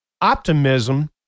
Optimism